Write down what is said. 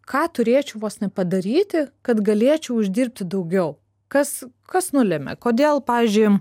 ką turėčiau vos nepadaryti kad galėčiau uždirbti daugiau kas kas nulemia kodėl pavyzdžiui